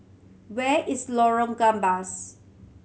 where is Lorong Gambas